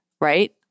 Right